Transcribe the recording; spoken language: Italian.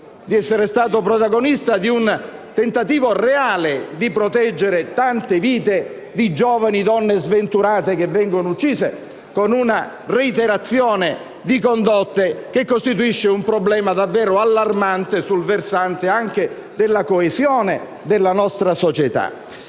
di essere stato protagonista di un tentativo reale di proteggere tante vite di giovani donne sventurate che vengono uccise, con una reiterazione di condotte che costituisce un problema davvero allarmante sul versante anche della coesione della nostra società.